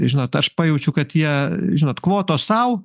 žinot aš pajaučiu kad jie žinot kvotos sau